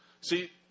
See